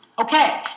Okay